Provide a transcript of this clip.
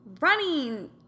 running